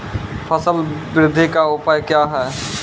फसल बृद्धि का उपाय क्या हैं?